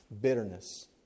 bitterness